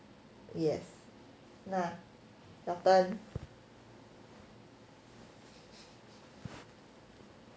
yes nah your turn